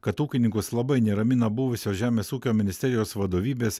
kad ūkininkus labai neramina buvusio žemės ūkio ministerijos vadovybės